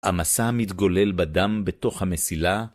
המסע מתגולל בדם, בתוך המסילה.